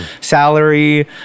salary